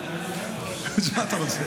מה אתה רוצה?